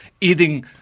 eating